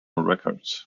records